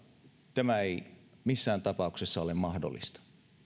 tämä ei missään tapauksessa ole mahdollista